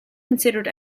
considered